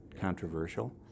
controversial